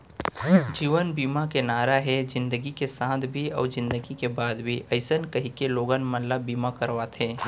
जीवन बीमा के नारा हे जिनगी के साथ भी अउ जिनगी के बाद भी अइसन कहिके लोगन मन ल बीमा करवाथे